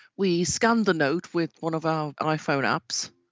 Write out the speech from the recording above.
we scanned the note with one of our iphone apps,